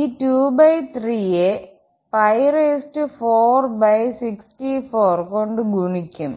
ഈ 23യെ 464 കൊണ്ട് ഗുണിക്കും